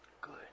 Good